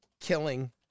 killing